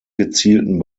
gezielten